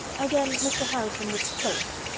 again, mr. harrison was close.